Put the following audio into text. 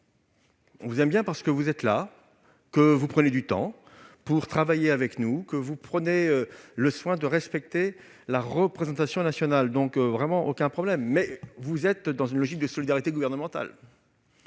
On vous aime bien, parce que vous êtes là, que vous prenez du temps pour travailler avec nous et que vous prenez le soin de respecter la représentation nationale. Vous agissez cependant dans une logique de solidarité gouvernementale